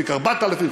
תיק 4000,